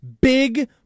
big